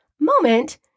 moment